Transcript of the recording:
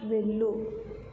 వెళ్ళు